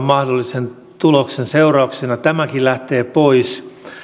mahdollisen tuloksen seurauksena tämäkin lähtee pois